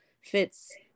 fits